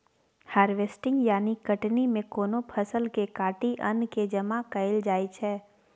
harvesting यानी कटनी मे कोनो फसल केँ काटि अन्न केँ जमा कएल जाइ छै